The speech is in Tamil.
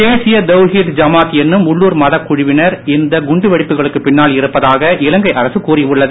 தேசிய தௌஹீத் ஜமாத் என்னும் உள்ளுர் மதக் குழுவினர் இந்த குண்டுவெடிப்புகளுக்கு பின்னால் இருப்பதாக இலங்கை அரசு கூறி உள்ளது